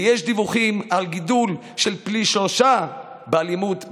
ויש דיווחים על גידול של פי שלושה באלימות בבית.